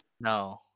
no